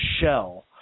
shell